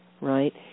right